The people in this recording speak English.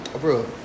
Bro